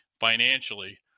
financially